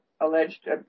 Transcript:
alleged